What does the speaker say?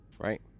right